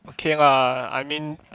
okay lah I mean